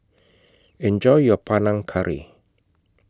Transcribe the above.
Enjoy your Panang Curry